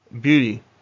beauty